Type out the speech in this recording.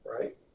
right